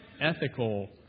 ethical